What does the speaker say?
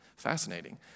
Fascinating